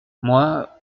moi